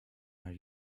are